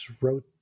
wrote